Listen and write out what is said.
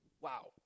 Wow